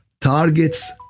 targets